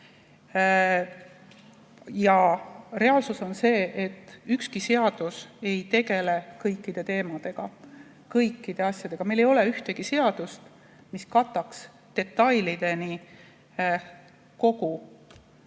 reaalsus on see, et ükski seadus ei tegele kõikide teemadega, kõikide asjadega. Meil ei ole ühtegi seadust, mis kataks detailideni kogu